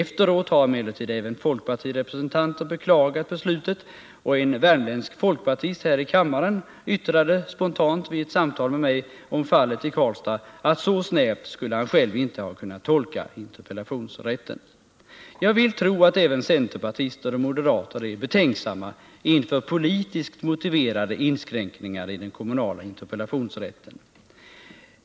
Efteråt har emellertid även folkpartirepresentanter beklagat beslutet, och en värmländsk folkpartist som är ledamot av denna kammare yttrade spontant vid ett samtal med mig om fallet i Karlstad, att så snävt skulle han själv inte ha kunnat tolka interpellationsrätten. Jag vill tro att även centerpartister och moderater är betänksamma inför politiskt motiverade inskränkningar i den kommunala interpellationsrätten.